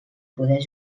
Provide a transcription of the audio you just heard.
poder